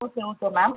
okay okay ma'am